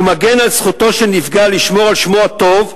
הוא מגן על זכותו של נפגע לשמור על שמו הטוב,